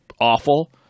awful